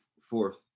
fourth